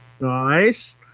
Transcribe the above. Nice